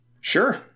Sure